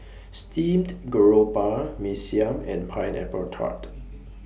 Steamed Garoupa Mee Siam and Pineapple Tart